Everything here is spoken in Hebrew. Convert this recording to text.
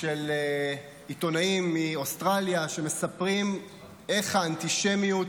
של עיתונאים מאוסטרליה שמספרים איך האנטישמיות